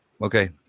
Okay